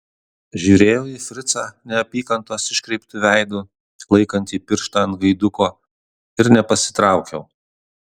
žiūrėjau į fricą neapykantos iškreiptu veidu laikantį pirštą ant gaiduko ir nepasitraukiau